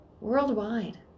Worldwide